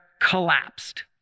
collapsed